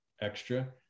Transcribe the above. extra